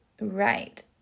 right